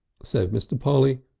said mr. polly,